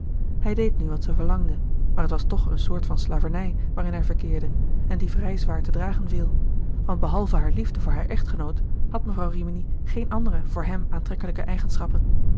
hij deed nu wat zij verlangde maar t was toch eene soort van slavernij waarin hij verkeerde en die vrij zwaar te dragen viel want behalve hare liefde voor haar echtgenoot had mevrouw rimini geene andere voor hem aantrekkelijke eigenschappen